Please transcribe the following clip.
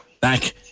back